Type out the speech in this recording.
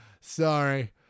Sorry